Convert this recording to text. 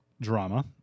drama